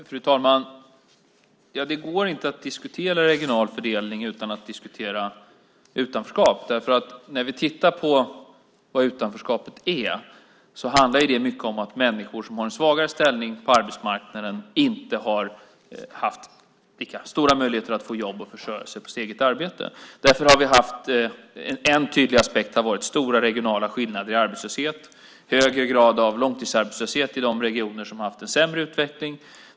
Fru talman! Det går inte att diskutera regional fördelning utan att diskutera utanförskap. När vi tittar på vad utanförskapet är ser vi att det i mycket handlar om att människor som har en svagare ställning på arbetsmarknaden inte har haft lika stora möjligheter att få jobb och att försörja sig på sitt eget arbete. Därför har en tydlig aspekt varit stora regionala skillnader i arbetslöshet och högre grad av långtidsarbetslöshet i de regioner som har haft en sämre utveckling.